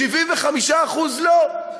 75% לא.